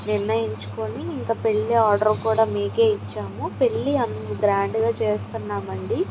నిర్ణయించుకొని ఇంక పెళ్ళి ఆర్డర్ కూడా మీకే ఇచ్చాము పెళ్ళి అం గ్రాండ్గా చేస్తున్నం అండి